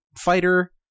fighter